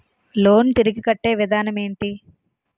Loan తిరిగి కట్టే విధానం ఎంటి?